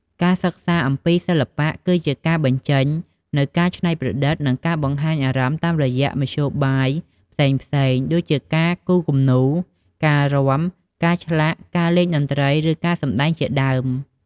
ការសិក្សាអំពី សិល្បៈ គឺជាការបញ្ចេញនូវការច្នៃប្រឌិត និងការបង្ហាញអារម្មណ៍តាមរយៈមធ្យោបាយផ្សេងៗ ដូចជាការគូរគំនូរ ការរាំ ការឆ្លាក់ ការលេងតន្ត្រី ឬការសម្ដែង ជាដើម។